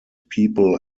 people